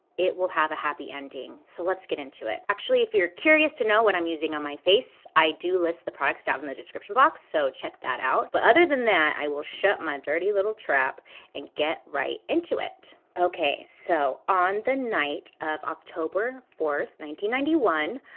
it will have a happy ending. so let's get into it. actually, if you're curious to know what i'm using on my face, i do list the products down in the description box, so check that out. but other than that, i will shut my dirty little trap and get right into it. okay, so, on the night of october fourth, one